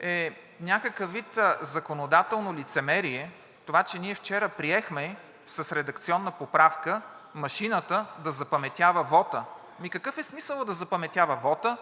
е някакъв вид законодателно лицемерие това, че ние вчера приехме с редакционна поправка машината да запаметява вота. Ами какъв е смисълът да запаметява вота,